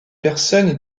personnes